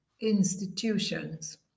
institutions